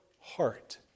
heart